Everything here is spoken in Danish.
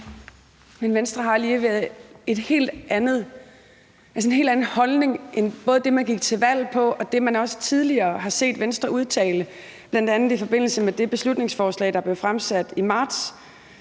Men Venstre har alligevel en helt anden holdning end både den, man gik til valg på, og den, man også tidligere har hørt Venstre udtale, bl.a. i forbindelse med det beslutningsforslag, der blev fremsat i marts